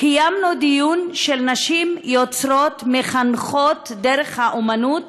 קיימנו דיון של נשים יוצרות, מחנכות דרך האמנות